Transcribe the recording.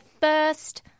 first